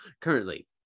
Currently